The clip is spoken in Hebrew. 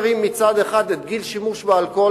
כשמצד אחד אתה מרים את גיל השימוש באלכוהול